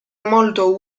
molto